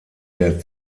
der